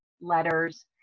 letters